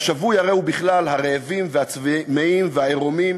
שהשבוי הרי הוא בכלל הרעבים והצמאים והערומים,